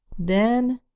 then,